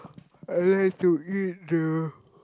I like to eat the